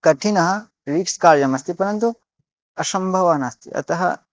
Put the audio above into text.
कठिनः रिस्क् कार्यमस्ति परन्तु असम्भवः नास्ति अतः